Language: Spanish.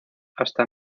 hasta